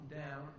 down